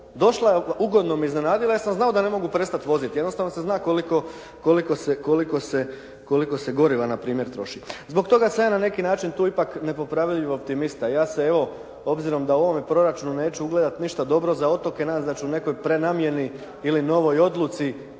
Došla i ugodno me iznenadila i ja sam znao da ne mogu prestati voziti. Jednostavno se zna koliko se goriva npr. troši. Zbog toga sam ja na neki način tu ipak nepopravljivi optimista, ja se evo obzirom da u ovome proračunu neću ugledati ništa dobro za otoke naći da ću u nekoj prenamjeni ili novoj odluci